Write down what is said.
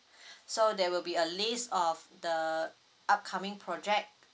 so there will be a list of the upcoming project